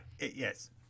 yes